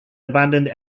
abandoned